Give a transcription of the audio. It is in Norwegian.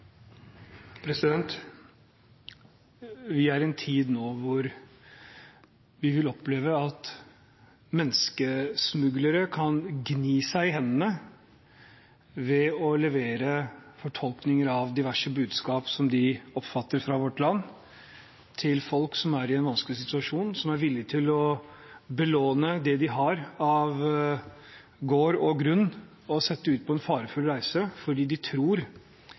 Vi er nå i en tid da vi vil oppleve at menneskesmuglere kan gni seg i hendene mens de leverer fortolkninger av diverse budskap, som de oppfatter fra vårt land, til folk som er i en vanskelig situasjon. Disse er villige til å belåne det de har av gård og grunn og legge ut på en farefull reise, fordi de tror